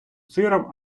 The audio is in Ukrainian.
сиром